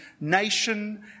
nation